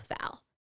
Val